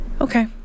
Okay